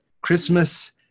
Christmas